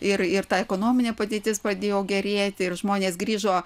ir ir ta ekonominė padėtis pradėjo gerėti ir žmonės grįžo